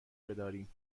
بداریم